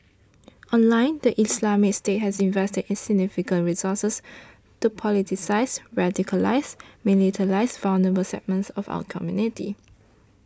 online the Islamic State has invested significant resources to politicise radicalise and militarise vulnerable segments of our community